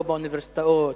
לא באוניברסיטאות,